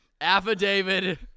Affidavit